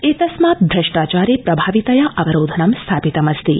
एतस्मात् भ्रष्टाचारे प्रभावितया अवरोधनं स्थापितमस्ति